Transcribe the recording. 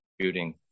shooting